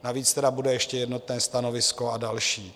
Navíc bude ještě jednotné stanovisko a další.